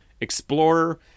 explorer